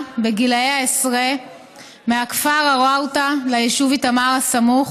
בגילאי העשרה מהכפר עוורתא ליישוב איתמר הסמוך.